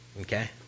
Okay